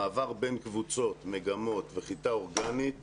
מעבר בין קבוצות, מגמות וכיתה אורגנית